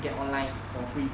get online for free